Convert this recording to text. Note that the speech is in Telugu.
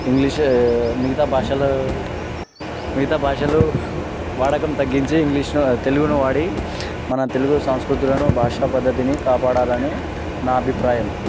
ఇంగ్లీషు మిగతా భాషలో మిగతా భాషలు వాడకం తగ్గించి ఇంగ్లీష్ని తెలుగుని వాడి మన తెలుగు సాంస్కృతులను భాషా పద్దతిని కాపాడాలని నా అభిప్రాయం